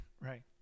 Right